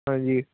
ਹਾਂਜੀ